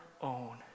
own